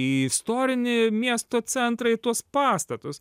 į istorinį miesto centrą į tuos pastatus